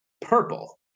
purple